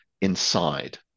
inside